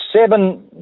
seven